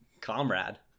Comrade